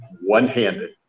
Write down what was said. one-handed